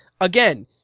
Again